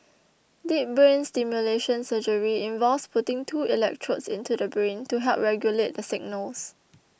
deep brain stimulation surgery involves putting two electrodes into the brain to help regulate the signals